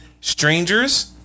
Strangers